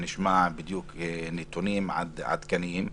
נשמע נתונים עדכניים.